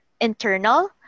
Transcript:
internal